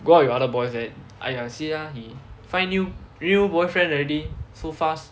go out with other boys then !aiya! see lah she find new new boyfriend already so fast